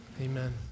Amen